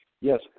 yes